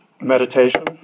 Meditation